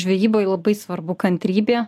žvejyboj labai svarbu kantrybė